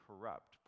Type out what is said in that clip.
corrupt